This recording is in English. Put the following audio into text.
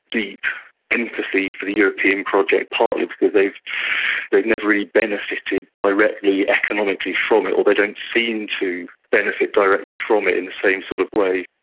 deep empathy for the european project, partly because they've they've never really benefited directly economically from it or they don't seem to benefit directly from it in the same sort of way.